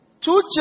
Two